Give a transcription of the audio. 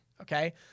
Okay